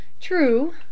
True